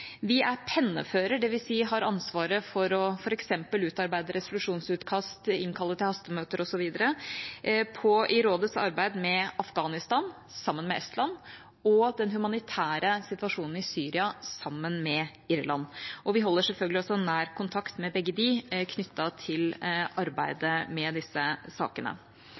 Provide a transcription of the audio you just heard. Vi er pennefører, dvs. har ansvaret for f.eks. å utarbeide resolusjonsutkast, innkalle til hastemøter osv., i rådets arbeid med Afghanistan, sammen med Estland, og den humanitære situasjonen i Syria, sammen med Irland. Vi holder selvfølgelig også nær kontakt med begge disse knyttet til arbeidet med disse sakene.